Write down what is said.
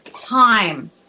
time